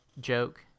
joke